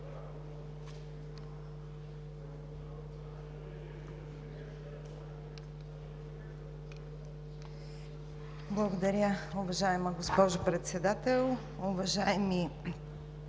Благодаря, уважаема госпожо Председател. Уважаеми